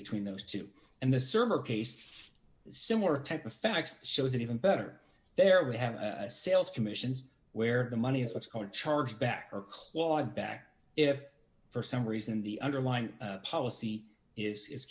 between those two and the server case similar type of facts shows that even better there we have sales commissions where the money is what's going to charge back or clawed back if for some reason the underlying policy is